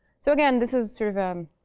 so again, this is sort of um